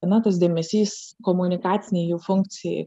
na tas dėmesys komunikacinei jų funkcijai